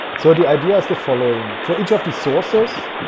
so the idea is the following for each of these sources.